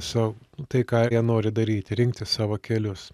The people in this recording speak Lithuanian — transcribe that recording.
sau tai ką jie nori daryt rinktis savo kelius